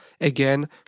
again